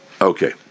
Okay